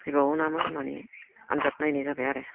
थैबावो नामा होननानै आनजाद नायनाय जाबाय आरो